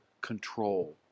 control